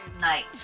Night